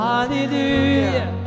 Hallelujah